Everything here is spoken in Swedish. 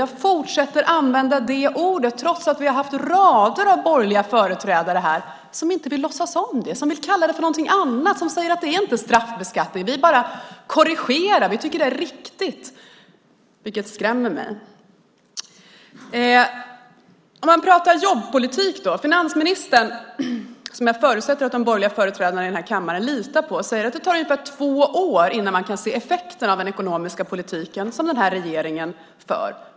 Jag fortsätter använda detta ord trots att vi har haft rader av borgerliga företrädare som inte vill låtsas om det, som vill kalla det för något annat, som säger att det inte är straffbeskattning utan en korrigering som är riktig. Det skrämmer mig. Talar man jobbpolitik sade finansministern, som jag förutsätter att de borgerliga företrädarna i kammaren litar på, att det skulle ta ungefär två år innan man kunde se effekten av den ekonomiska politik som regeringen för.